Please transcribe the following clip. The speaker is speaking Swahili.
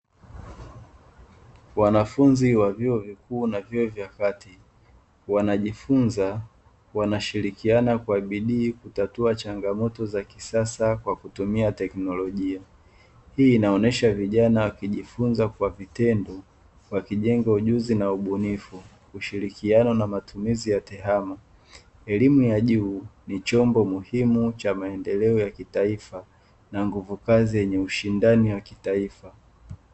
Wanafunzi wa vyuo vikuu na vyuo vya kati wanajifunza wanashirikiana kwa bidii kutatua changamoto za kisasa kwa kutumia teknolojia hii inaonyesa vijana wakijifunza kwa vitendo wakijenga ujuzi na ubunifu wakishirikiana na matumizi ya tehama elimu ya juu ni chombo muhimu cha maendeleo ya kitaifa na nguvu kazi yenye ushindani wa kitaifa.